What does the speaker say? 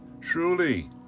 Truly